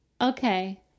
Okay